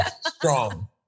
strong